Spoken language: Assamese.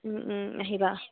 আহিবা